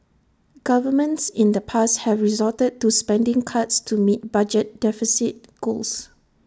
governments in the past have resorted to spending cuts to meet budget deficit goals